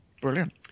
brilliant